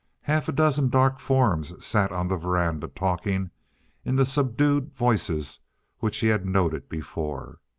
half a dozen dark forms sat on the veranda talking in the subdued voices which he had noted before.